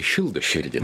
šildo širdį